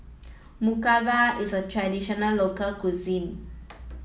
Murtabak is a traditional local cuisine